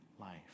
life